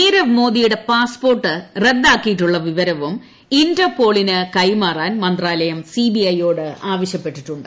നീരവ് മോദിയുടെ പാസ്പോർട്ട് റദ്ദാക്കിയിട്ടുള്ള ിപ്പിവരവും ഇന്റർപോളിന് കൈമാറാൻ മന്ത്രാലയം സി ബി ഐ യ്ക്ട് ആവശ്യപ്പെട്ടിട്ടുണ്ട്